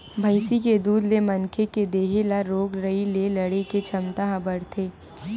भइसी के दूद ले मनखे के देहे ल रोग राई ले लड़े के छमता ह बाड़थे